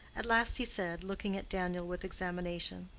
at last he said, looking at daniel with examination,